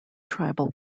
tribal